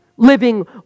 living